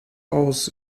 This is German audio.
aus